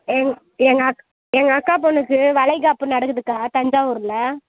எங் எங்க அக் எங்கள் அக்கா பொண்ணுக்கு வளைகாப்பு நடக்குதுக்கா தஞ்சாவூரில்